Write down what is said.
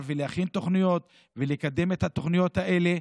ולהכין תוכניות ולקדם את התוכניות האלה,